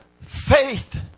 faith